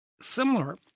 similar